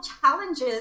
challenges